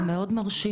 זה מאד מרשים.